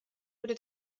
wurde